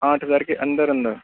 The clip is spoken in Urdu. آٹھ ہزار کے اندر اندر